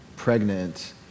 pregnant